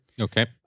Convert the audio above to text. Okay